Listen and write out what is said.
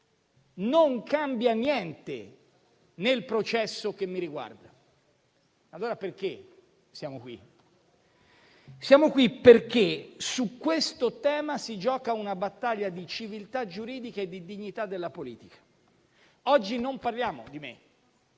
Non cambia alcunché nel processo che mi riguarda. Perché allora siamo qui? Siamo qui perché su questo tema si gioca una battaglia di civiltà giuridica e di dignità della politica. Oggi non parliamo di me;